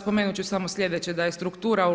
Spomenuti ću samo sljedeće da je struktura